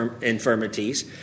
infirmities